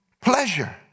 pleasure